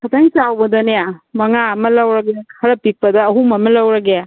ꯈꯤꯇꯪ ꯆꯥꯎꯕꯗꯅꯦ ꯃꯉꯥ ꯑꯃ ꯂꯧꯔꯒꯦ ꯈꯔ ꯄꯤꯛꯄꯗ ꯑꯍꯨꯝ ꯑꯃ ꯂꯧꯔꯒꯦ